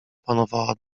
panowała